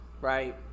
Right